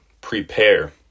prepare